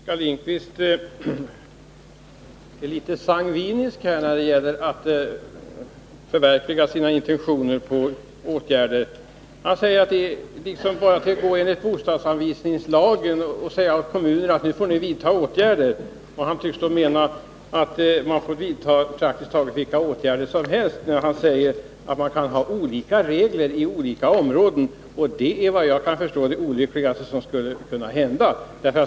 Herr talman! Jag tycker att Oskar Lindkvist är litet sangvinisk när det gäller att förverkliga sina intentioner i fråga om åtgärder. Han säger att det bara är att handla enligt bostadsanvisningslagen och säga åt kommunerna att de skall vidta åtgärder. Och han tycks mena att man får vidta praktiskt taget vilka åtgärder som helst. Han säger att man kan ha olika regler i olika områden, men det är vad jag kan förstå det olyckligaste som skulle kunna hända.